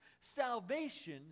Salvation